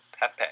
Pepe